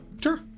Sure